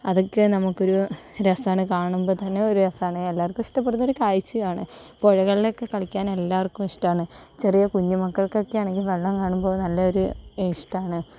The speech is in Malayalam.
അതൊക്കെ നമുക്ക് ഒരു രസമാണ് കാണുമ്പോൾ തന്നെ ഒരു രസമാണ് എല്ലാവർക്കും ഇഷ്ടപ്പെടുന്ന ഒരു കാഴ്ചയാണ് പുഴകളിൽ ഒക്കെ കളിക്കാൻ എല്ലാർക്കും ഇഷ്ടമാണ് ചെറിയ കുഞ്ഞുമക്കൾക്ക് ഒക്കെ ആണെങ്കില് വെള്ളം കാണുമ്പോൾ നല്ല ഒരു ഇഷ്ടമാണ്